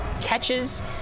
catches